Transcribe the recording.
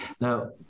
now